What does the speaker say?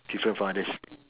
different from others